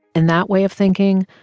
in that way of thinking,